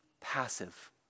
passive